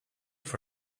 for